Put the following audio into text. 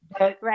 Right